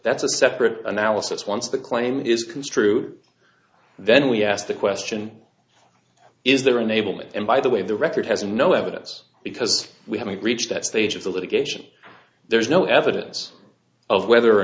that's a separate analysis once the claim is construed then we ask the question is there enablement and by the way the record has no evidence because we haven't reached that stage of the litigation there's no evidence of whether or